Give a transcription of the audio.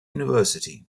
university